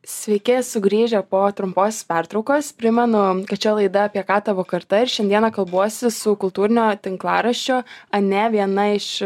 sveiki sugrįžę po trumpos pertraukos primenu kad čia laida apie ką tavo karta ir šiandieną kalbuosi su kultūrinio tinklaraščio ane viena iš